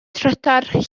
trydar